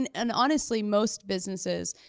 and and honestly, most businesses,